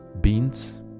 beans